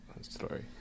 story